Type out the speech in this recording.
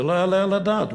זה לא יעלה על הדעת.